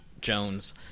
jones